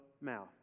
mouth